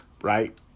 right